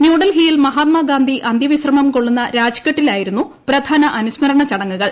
ന്യൂഡൽഹിയിൽ മഹാത്മാഗാന്ധി അന്ത്യ വിശ്രമംകൊള്ളുന്ന രാജ്ഘട്ടി ലായിരുന്നു പ്രധാന അനുസ്മരണ ചടങ്ങുകൾ